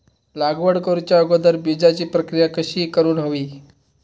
लागवड करूच्या अगोदर बिजाची प्रकिया कशी करून हवी?